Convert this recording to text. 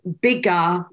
bigger